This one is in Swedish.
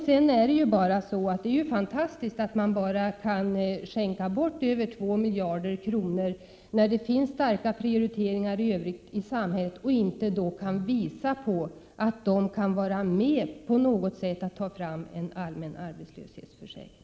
Det är ju fantastiskt att socialdemokraterna kan skänka bort 2 miljarder kronor, när det finns så många prioriteringar i samhället i övrigt att göra, och att socialdemokraterna inte vill vara med om att införa en allmän arbetslöshetsförsäkring.